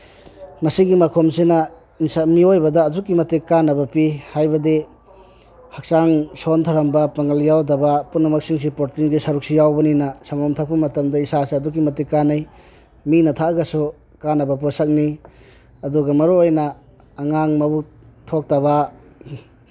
ꯃꯁꯤꯒꯤ ꯃꯈꯣꯝꯁꯤꯅ ꯃꯤꯑꯣꯏꯕꯗ ꯑꯁꯨꯛꯀꯤ ꯃꯇꯤꯛ ꯀꯥꯅꯕ ꯄꯤ ꯍꯥꯏꯕꯗꯤ ꯍꯛꯆꯥꯡ ꯁꯣꯟꯊꯔꯝꯕ ꯄꯥꯡꯒꯜ ꯌꯥꯎꯗꯕ ꯄꯨꯝꯅꯃꯛꯁꯤꯡꯁꯤ ꯄ꯭ꯔꯣꯇꯤꯟꯒꯤ ꯁꯔꯨꯛꯁꯨ ꯌꯥꯎꯕꯅꯤꯅ ꯁꯪꯒꯣꯝ ꯊꯛꯄ ꯃꯇꯝꯗ ꯏꯁꯥꯁꯤ ꯑꯗꯨꯛꯀꯤ ꯃꯇꯤꯛ ꯀꯥꯅꯩ ꯃꯤꯅ ꯊꯛꯑꯒꯁꯨ ꯀꯥꯅꯕ ꯄꯣꯠꯁꯛꯅꯤ ꯑꯗꯨꯒ ꯃꯔꯨꯑꯣꯏꯅ ꯑꯉꯥꯡ ꯃꯕꯨꯛ ꯊꯣꯛꯇꯕ